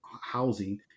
housing